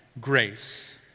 grace